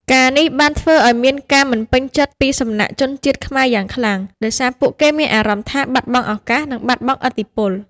ការណ៍នេះបានធ្វើឱ្យមានការមិនពេញចិត្តពីសំណាក់ជនជាតិខ្មែរយ៉ាងខ្លាំង ដោយសារពួកគេមានអារម្មណ៍ថា បាត់បង់ឱកាស និងបាត់បង់ឥទ្ធិពល។